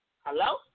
Hello